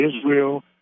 Israel